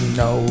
no